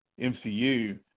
MCU